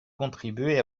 contribuer